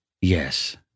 Yes